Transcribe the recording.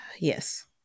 Yes